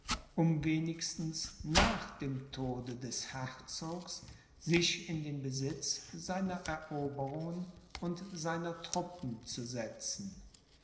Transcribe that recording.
um wenigstens nach dem tode des herzogs sich in den besitz seiner eroberungen und seiner truppen zu setzen